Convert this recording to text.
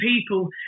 people